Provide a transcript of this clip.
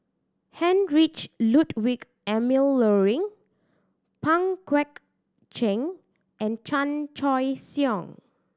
Heinrich Ludwig Emil Luering Pang Guek Cheng and Chan Choy Siong